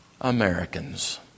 Americans